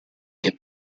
che